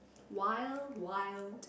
wild wild